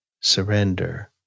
Surrender